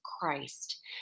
Christ